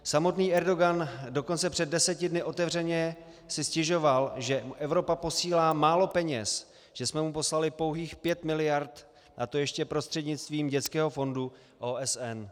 Samotný Erdogan si dokonce před deseti dny otevřeně stěžoval, že mu Evropa posílá málo peněz, že jsme mu poslali pouhých pět miliard, a to ještě prostřednictvím Dětského fondu OSN.